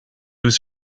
was